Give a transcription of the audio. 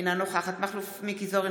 אינה נוכחת מכלוף מיקי זוהר,